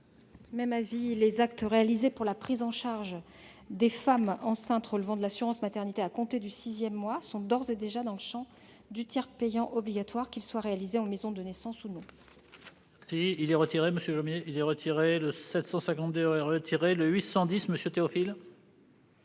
? Les actes réalisés pour la prise en charge des femmes enceintes relevant de l'assurance maternité à compter du sixième mois sont d'ores et déjà dans le champ du tiers payant obligatoire, qu'il soit réalisé en maison de naissance ou non. Le Gouvernement est donc